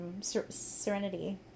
Serenity